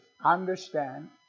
Understand